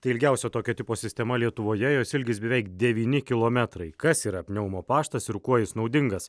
tai ilgiausia tokio tipo sistema lietuvoje jos ilgis beveik devyni kilometrai kas ir pneumo paštas ir kuo jis naudingas